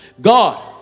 God